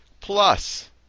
plus